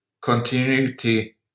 continuity